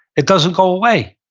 it doesn't go away.